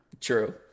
True